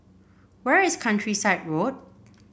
where is Countryside Road